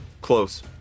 Close